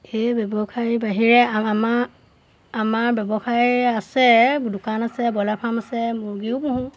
এই ব্যৱসায় বাহিৰে আমাৰ আমাৰ ব্যৱসায় আছে দোকান আছে ব্ৰইলাৰ ফাৰ্ম আছে মুৰ্গীও পোহোঁ